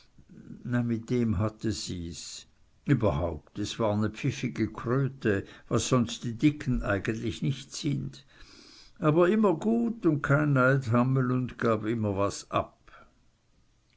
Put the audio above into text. mit dem hatte sie's überhaupt es war ne pfiffige kröte was sonst die dicken eigentlich nich sind aber immer gut und kein neidhammel und gab immer was ab